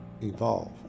evolve